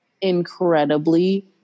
incredibly